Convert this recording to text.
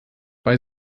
bei